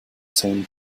same